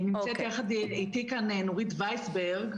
אנחנו גם ענינו בנושא לירדן מנדלסון כבר בסוף -אמצע מרץ.